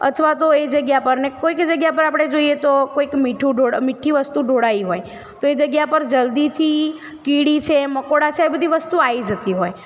અથવા તો એ જગ્યા પર ને કોઈક જગ્યા પર આપણે જોઈએ તો કોઈક મીઠું મીઠી વસ્તુ ઢોળાઈ હોય તો એ જગ્યા પર જલ્દીથી કીડી છે મકોડા છે એવી બધી વસ્તુ આવી જતી હોય